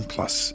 Plus